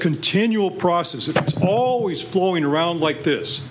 continual process of always flowing around like this